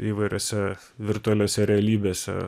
įvairiose virtualiose realybėse